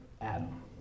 Adam